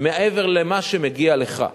מעבר למה שמגיע לך.